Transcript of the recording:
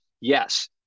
yes